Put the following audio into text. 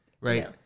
right